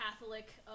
Catholic